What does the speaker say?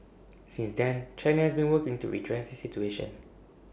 since then China has been working to redress this situation